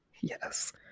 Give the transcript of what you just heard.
Yes